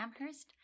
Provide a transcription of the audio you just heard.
Amherst